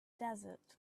desert